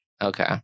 Okay